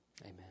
Amen